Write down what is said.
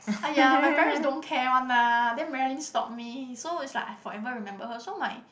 !aiya! my parents don't care one lah then Marilyn stop me so is like I forever remember her so my